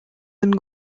and